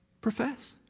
profess